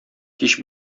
кич